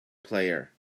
player